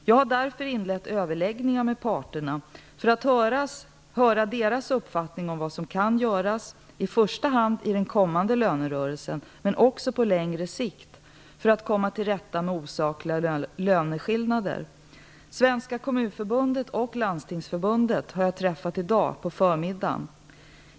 Jag har därför inlett överläggningar med parterna för att höra deras uppfattning om vad som kan göras - i första hand i den kommande lönerörelsen men också på längre sikt - för att komma till rätta med osakliga löneskillnader. Svenska Kommunförbundet och Landstingsförbundet har jag träffat i dag på förmiddagen.